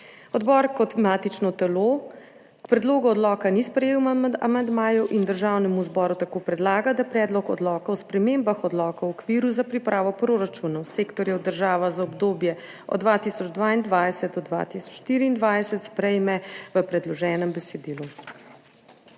Odbor kot matično telo k predlogu odloka ni sprejel amandmajev in Državnemu zboru tako predlaga, da Predlog odloka o spremembah Odloka o okviru za pripravo proračunov sektorja država za obdobje od 2022 do 2024 sprejme v predloženem besedilu.